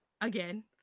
again